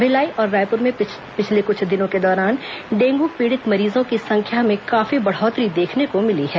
भिलाई और रायपूर में पिछले क्छ दिनों के दौरान डेंगू पीड़ित मरीजों की संख्या में काफी बढ़ोत्तरी देखने को मिली है